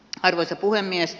arvoisa puhemies